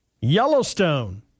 Yellowstone